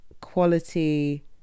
quality